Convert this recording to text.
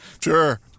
Sure